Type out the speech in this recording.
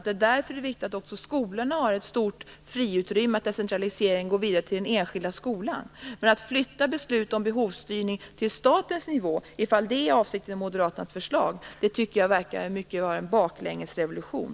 Det är därför viktigt att också skolorna har ett stort friutrymme och att decentraliseringen går vidare till den enskilda skolan. Men att flytta beslut om behovsstyrning till statens nivå - om det är avsikten med Moderaternas förslag - tycker jag verkar vara en baklängesrevolution.